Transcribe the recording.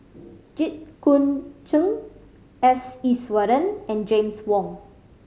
Jit Koon Ch'ng S Iswaran and James Wong